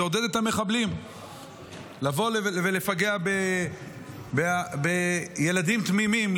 זה עודד את המחבלים לבוא ולפגע בילדים תמימים,